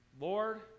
Lord